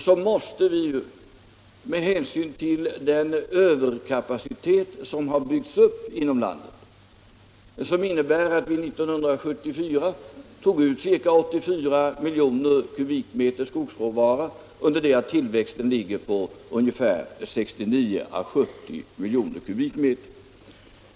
Då måste vi ju ta hänsyn till den överkapacitet som har byggts upp inom landet och som innebär att vi 1974 tog ut ca 84 miljoner m” skogsråvara, under det att tillväxten ligger på 69 å 70 miljoner m”.